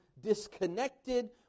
disconnected